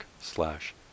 slash